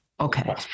Okay